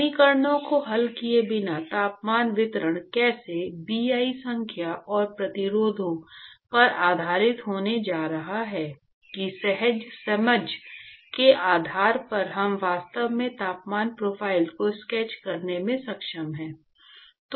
समीकरणों को हल किए बिना तापमान वितरण कैसे Bi संख्या और प्रतिरोधों पर आधारित होने जा रहा है की सहज समझ के आधार पर हम वास्तव में तापमान प्रोफ़ाइल को स्केच करने में सक्षम हैं